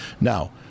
Now